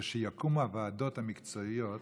כשיקומו הוועדות המקצועיות